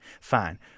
Fine